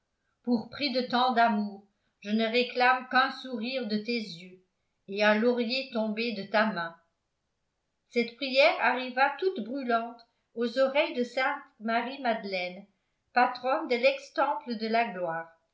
pour prix de tant d'amour je ne réclame qu'un sourire de tes yeux et un laurier tombé de ta main cette prière arriva toute brûlante aux oreilles de sainte mariemadeleine patronne de lex temple de la gloire